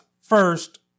first